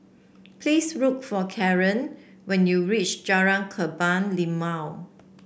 please look for Caron when you reach Jalan Kebun Limau